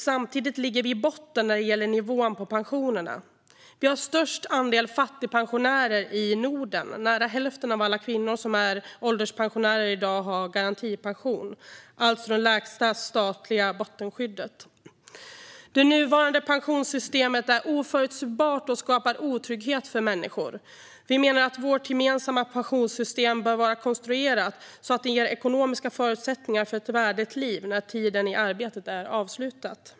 Samtidigt ligger vi i botten när det gäller nivån på pensionerna. Vi har störst andel fattigpensionärer i Norden. Nära hälften av alla kvinnor som är ålderspensionärer i dag har garantipension, det lägsta statliga bottenskyddet. Det nuvarande pensionssystemet är oförutsägbart och skapar otrygghet för människor. Vi menar att vårt gemensamma pensionssystem bör vara konstruerat så att det ger ekonomiska förutsättningar för ett värdigt liv när tiden i arbete är avslutad.